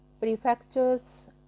prefectures